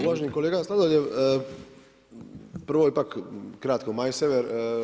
Uvaženi kolega Sladoljev, prvo ipak kratko Maju Sever.